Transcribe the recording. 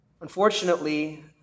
Unfortunately